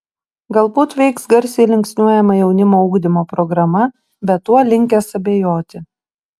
galbūt veiks garsiai linksniuojama jaunimo ugdymo programa bet tuo linkęs abejoti